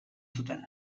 zuten